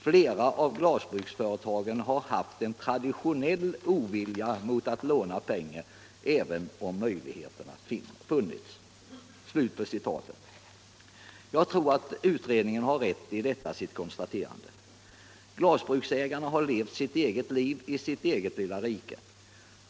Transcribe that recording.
Flera av glasbruksföretagen har haft en traditionell ovilja mot att låna pengar även om möjligheter funnits.” Jag tror att utredningen har rätt i detta sitt konstaterande. Glasbruksägarna har levt sitt eget liv i sitt eget lilla rike.